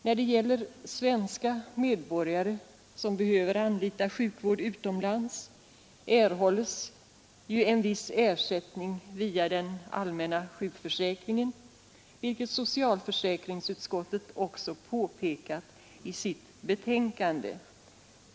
När det gäller svenska medborgare som behöver anlita sjukvård utomlands erhålls ju en viss ersättning via den allmänna sjukförsäkringen, vilket socialförsäkringsutskottet också påpekar i sitt betänkande.